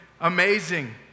amazing